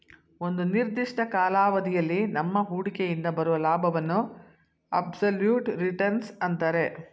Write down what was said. ಒಂದು ನಿರ್ದಿಷ್ಟ ಕಾಲಾವಧಿಯಲ್ಲಿ ನಮ್ಮ ಹೂಡಿಕೆಯಿಂದ ಬರುವ ಲಾಭವನ್ನು ಅಬ್ಸಲ್ಯೂಟ್ ರಿಟರ್ನ್ಸ್ ಅಂತರೆ